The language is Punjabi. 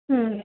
ਹੂੰ